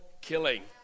killing